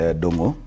domo